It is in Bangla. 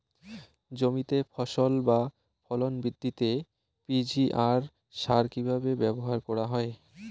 জমিতে ফসল বা ফলন বৃদ্ধিতে পি.জি.আর সার কীভাবে ব্যবহার করা হয়?